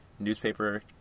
Newspaper